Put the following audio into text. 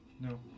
No